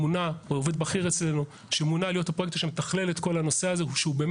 עובד בכיר אצלנו שמונה להיות הפרויקטור שמתכלל את כל הנושא המורכב מאוד